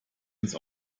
ins